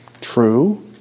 true